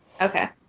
Okay